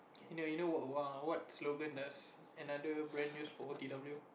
you know you know what what slogan does another brand use for O_T_W